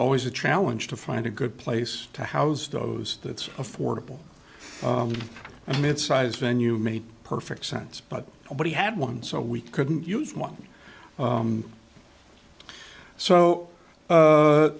always a challenge to find a good place to housed those that's affordable and midsize venue made perfect sense but nobody had one so we couldn't use one